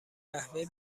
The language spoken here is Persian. قهوه